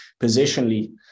positionally